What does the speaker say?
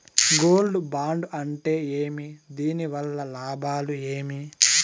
Gold bond అంటే ఏమి? దీని వల్ల లాభాలు ఏమి?